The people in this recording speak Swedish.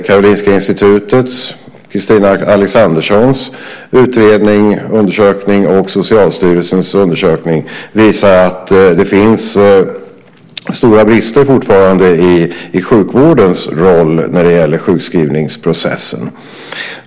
Karolinska Institutets och Kristina Alexanderssons undersökning och Socialstyrelsens undersökning visar att det fortfarande finns stora brister i sjukvårdens roll när det gäller sjukskrivningsprocessen.